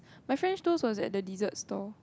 my French toast was at the dessert stall